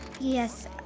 Yes